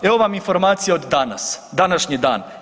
Evo vam informacija od danas, današnji dan.